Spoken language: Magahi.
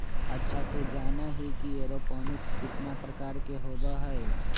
अच्छा तू जाना ही कि एरोपोनिक्स कितना प्रकार के होबा हई?